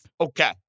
Okay